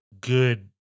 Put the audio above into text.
good